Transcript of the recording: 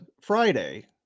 Friday